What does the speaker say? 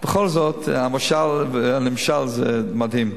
בכל זאת, המשל והנמשל, זה מדהים.